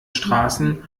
straßen